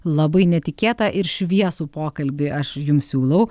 labai netikėtą ir šviesų pokalbį aš jums siūlau